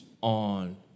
on